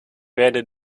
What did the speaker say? werde